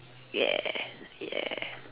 yes yes